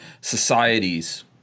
societies